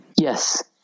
Yes